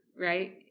right